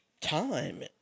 time